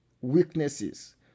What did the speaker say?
weaknesses